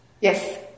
Yes